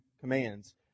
commands